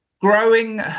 growing